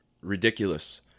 ridiculous